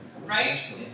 Right